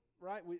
right